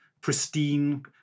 pristine